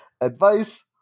advice